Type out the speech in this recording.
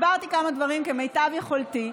הסברתי כמה דברים כמיטב יכולתי,